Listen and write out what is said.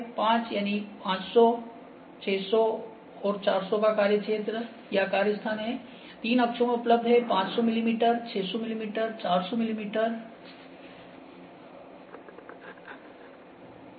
5 यानि 500 600 और 400 का कार्य क्षेत्र या कार्यस्थान है जो 3 अक्षों में उपलब्ध है 500 मिमी 600 मिमी 400 मिमी ठीक है